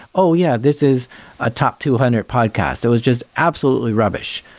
oh, yeah. this is a top two hundred podcast. it was just absolutely rubbish,